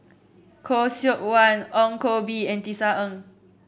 Khoo Seok Wan Ong Koh Bee and Tisa Ng